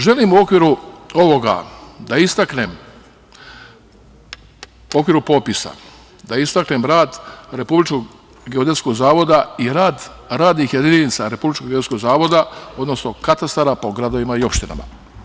Želim u okviru ovoga da istaknem, u okviru popisa, rad Republičkog geodetskog zavoda i rad radnih jedinica RGZ, odnosno katastara po gradovima i opštinama.